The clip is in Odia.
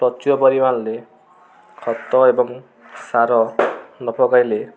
ପ୍ରଚୁର ପରିମାଣରେ ଖତ ଏବଂ ସାର ନ ପକାଇଲେ